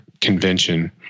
convention